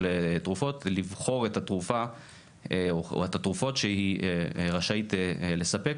תרופות את התרופה או התרופות שהיא רשאית לספק,